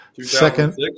Second